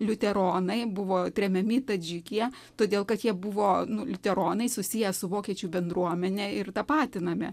liuteronai buvo tremiami į tadžikiją todėl kad jie buvo nu liuteronai susiję su vokiečių bendruomene ir tapatinami